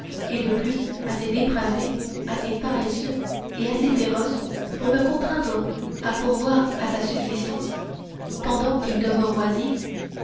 et de plus assez dépravé assez paresseux et assez féroce pour me contraindre à pourvoir à sa subsistance pendant qu'il demeure oisif